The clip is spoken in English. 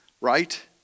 right